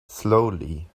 slowly